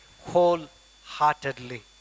wholeheartedly